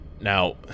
Now